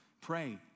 pray